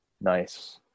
Nice